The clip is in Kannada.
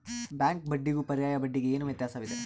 ಬ್ಯಾಂಕ್ ಬಡ್ಡಿಗೂ ಪರ್ಯಾಯ ಬಡ್ಡಿಗೆ ಏನು ವ್ಯತ್ಯಾಸವಿದೆ?